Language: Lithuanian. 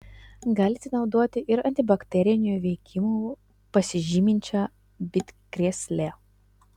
galite naudoti ir antibakteriniu veikimu pasižyminčią bitkrėslę